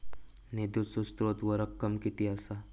निधीचो स्त्रोत व रक्कम कीती असा?